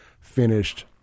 finished